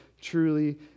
truly